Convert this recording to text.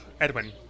Edwin